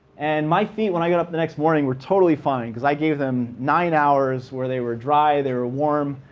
and my feet, when i got up the next morning, were totally fine because i gave them nine hours where they were dry, they were warm.